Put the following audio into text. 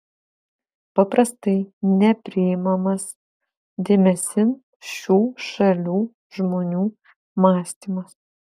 paprastai nepriimamas dėmesin šių šalių žmonių mąstymas